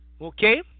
okay